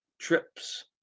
trips